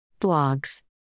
Blogs